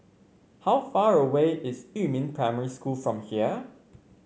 how far away is Yumin Primary School from here